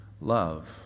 love